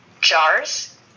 jars